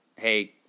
Hey